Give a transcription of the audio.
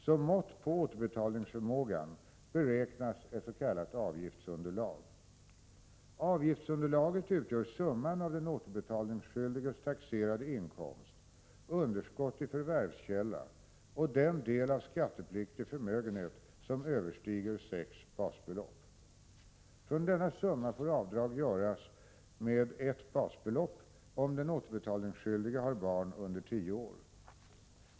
Som mått på återbetalningsförmågan beräknas ett s.k. avgiftsunderlag. Avgiftsunderlaget utgör summan av den återbetalningsskyldiges taxerade inkomst, underskott i förvärskälla och den del av skattepliktig förmögenhet som överstiger sex basbelopp. Från denna summa får avdrag göras med ett basbelopp om den återbetalningsskyldige har barn under tio år.